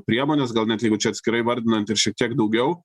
priemones gal net jeigu čia atskirai vardinant ir šiek tiek daugiau